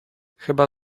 chyba